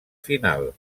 final